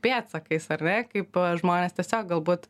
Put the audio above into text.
pėdsakais ar ne kaip žmonės tiesiog galbūt